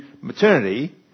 maternity